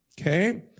Okay